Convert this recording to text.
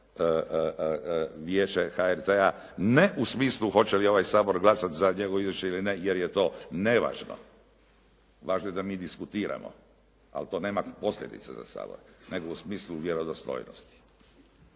vijeće HRT-a ne u smislu hoće li ovaj Sabor glasati za njegovo izvješće ili ne, jer je to nevažno, važno je da mi diskutiramo ali to nema posljedice za Sabor nego u smislu vjerodostojnosti.